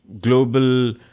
global